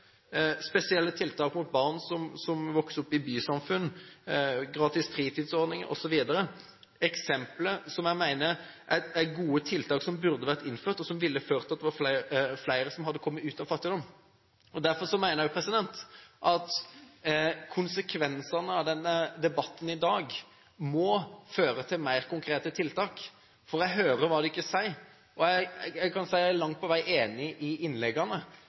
spesielle tiltak rettet mot barn som vokser opp i bysamfunn, gratis fritidsordninger, osv. – eksempler på gode tiltak som jeg mener burde vært innført, og som ville ført til at flere hadde kommet ut av fattigdom. Derfor mener jeg også at konsekvensene av denne debatten i dag må føre til mer konkrete tiltak. For jeg hører hva dere sier, og jeg kan langt på vei si meg enig i innleggene, men når jeg ser på statistikken og på antallet mennesker som lever i